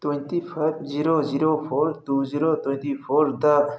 twenty five zero zero four two zero twenty ꯐꯣꯔꯗ